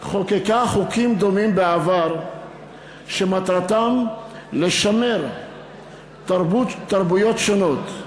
חוקקה בעבר חוקים דומים שמטרתם לשמר תרבויות שונות,